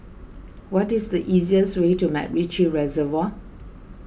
what is the easiest way to MacRitchie Reservoir